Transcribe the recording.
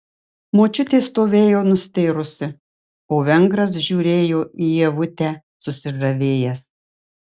močiutė stovėjo nustėrusi o vengras žiūrėjo į ievutę susižavėjęs